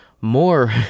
More